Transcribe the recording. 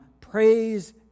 praise